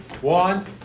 one